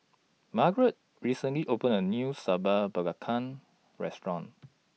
Margeret recently opened A New Sambal Belacan Restaurant